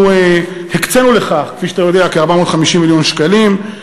הקצינו לכך, כפי שאתה יודע, כ-450 מיליון שקלים.